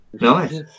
Nice